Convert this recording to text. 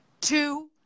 two